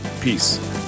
Peace